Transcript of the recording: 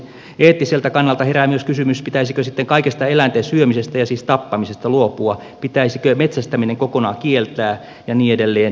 eettiseltä kannalta herää myös kysymys pitäisikö sitten kaikesta eläinten syömisestä ja siis tappamisesta luopua pitäisikö metsästäminen kokonaan kieltää ja niin edelleen